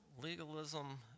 Legalism